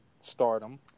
Stardom